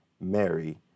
Mary